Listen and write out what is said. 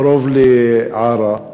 קרוב לעארה,